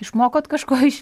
išmokot kažko iš